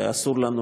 ואסור לנו,